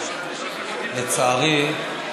לצערי,